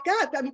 up